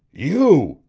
you!